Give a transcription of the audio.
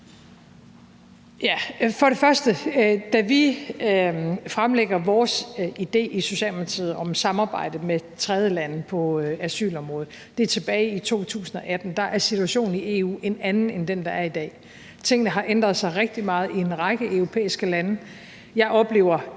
Da vi fremlægger vores idé i Socialdemokratiet om samarbejde med tredjelande på asylområdet – det er tilbage i 2018 – er situationen i EU en anden end den, der er i dag. Tingene har ændret sig rigtig meget i en række europæiske lande. Jeg oplever